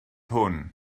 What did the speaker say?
hwn